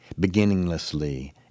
beginninglessly